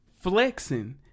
flexing